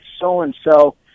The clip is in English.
so-and-so